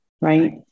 right